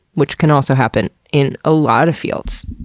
which can also happen in a lot of fields,